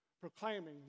proclaiming